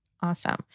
Awesome